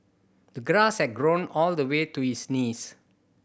the grass had grown all the way to his knees